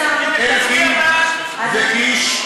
חבר הכנסת איציק שמולי, נא לא להפריע.